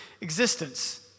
existence